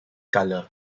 color